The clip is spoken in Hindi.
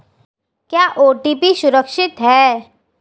क्या ओ.टी.पी सुरक्षित है?